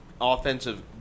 offensive